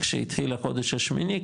שהתחיל החודש השמיני,